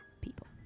people